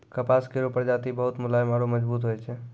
कपास केरो प्रजाति बहुत मुलायम आरु मजबूत होय छै